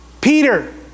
Peter